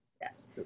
Yes